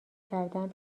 کردن